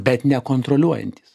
bet nekontroliuojantys